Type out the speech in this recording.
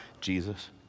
Jesus